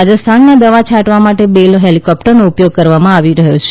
રાજસ્થાનમાં દવા છાંટવા માટે બેલ હેલીકોપ્ટરનો ઉપયોગ કરવામાં આવી રહયો છે